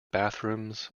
bathrooms